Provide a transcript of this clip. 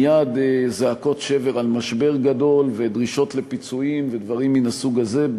מייד יש זעקות שבר על משבר גדול ודרישות לפיצויים ודברים מן הסוג הזה.